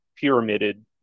pyramided